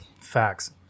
facts